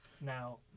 Now